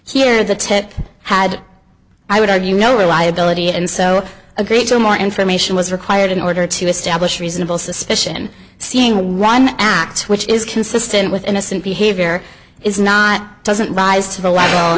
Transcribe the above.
here the tit had i would argue no reliability and so a great deal more information was required in order to establish reasonable suspicion seeing ron act which is consistent with innocent behavior is not doesn't rise to the level